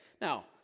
Now